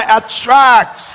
attract